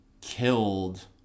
killed